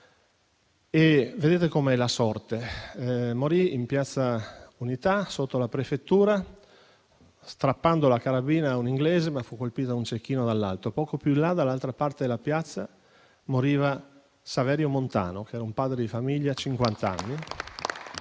Vedete com'è la sorte: morì in piazza Unità, sotto la prefettura, strappando la carabina a un inglese, colpito da un cecchino dall'alto. Poco più in là, dall'altra parte della piazza, moriva Saverio Montano, un padre di famiglia di